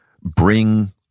bring